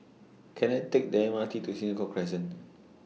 Can I Take The M R T to Senoko Crescent